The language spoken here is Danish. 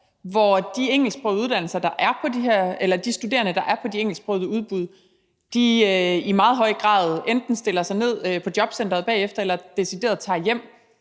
hvor de studerende, der er på de engelsksprogede udbud, i meget høj grad enten stiller sig ned på jobcenteret bagefter eller decideret tager hjem